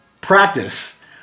practice